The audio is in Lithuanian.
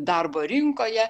darbo rinkoje